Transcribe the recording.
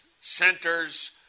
centers